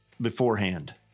beforehand